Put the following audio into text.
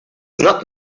not